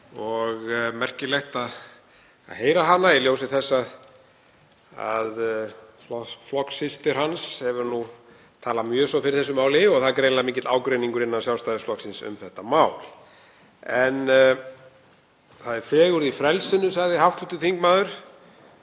og merkilegt að heyra hana í ljósi þess að flokkssystir hans hefur talað mjög fyrir þessu máli. Það er greinilega mikill ágreiningur innan Sjálfstæðisflokksins um þetta mál. Það er fegurð í frelsinu, sagði hv. þingmaður,